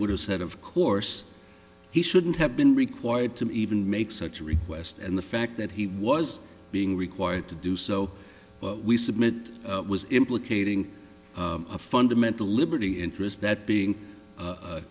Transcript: would have said of course he shouldn't have been required to even make such a request and the fact that he was being required to do so we submit was implicating a fundamental liberty interest that being a